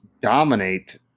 dominate